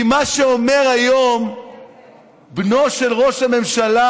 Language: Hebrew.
כי מה שאומר היום בנו של ראש הממשלה,